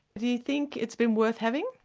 do you think it's been worth having?